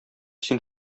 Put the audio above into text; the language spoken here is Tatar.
син